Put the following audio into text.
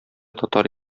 татар